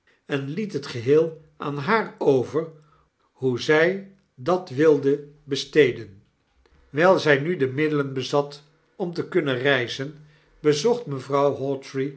en liet het geheel aan haar over hoe zy dat wilde besteden wijl zy nu de middelen bezat om te kunnen reizen bezocht mevrouw